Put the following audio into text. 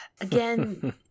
again